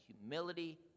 humility